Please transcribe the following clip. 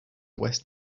west